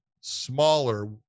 smaller